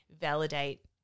validate